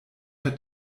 der